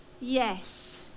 yes